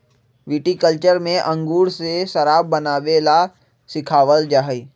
viticulture में अंगूर से शराब बनावे ला सिखावल जाहई